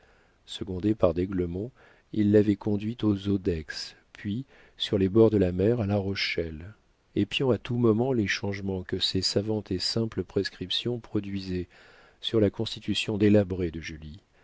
secondé par d'aiglemont il l'avait conduite aux eaux d'aix puis sur les bords de la mer à la rochelle épiant à tout moment les changements que ses savantes et simples prescriptions produisaient sur la constitution délabrée de julie